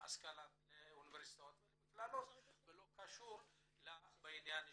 לאוניברסיטאות ולמכללות ולא קשור להשתלבות.